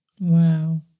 Wow